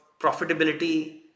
profitability